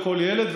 לכל ילד,